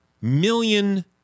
million